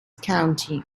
county